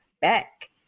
back